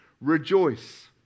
rejoice